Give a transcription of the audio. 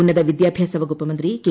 ഉന്നത വിദ്യാഭ്യാസവകുപ്പ് മന്ത്രി കെ